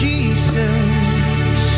Jesus